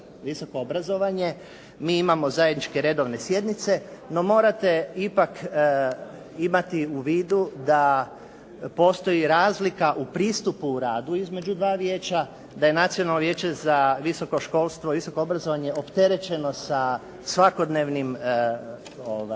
visoko obrazovanje. Mi imamo zajedničke redovne sjednice, no morate ipak imati u vidu da postoji razlika u pristupu u radu između dva vijeća, da je Nacionalno vijeće za visoko školstvo i visoko obrazovanje opterećeno sa svakodnevnim